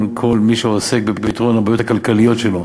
כל מי שעוסקים בפתרון הבעיות הכלכליות שלו.